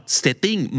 setting